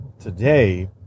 today